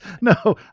no